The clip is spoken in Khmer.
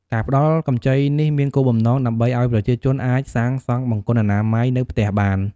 ការផ្តល់កម្ចីនេះមានគោលបំណងដើម្បីឱ្យប្រជាជនអាចសាងសង់បង្គន់អនាម័យនៅផ្ទះបាន។